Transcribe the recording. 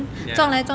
yeah